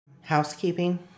Housekeeping